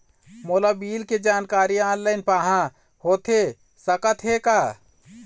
मोला बिल के जानकारी ऑनलाइन पाहां होथे सकत हे का?